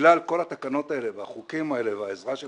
שבגלל כל התקנות האלה והחוקים האלה והעזרה של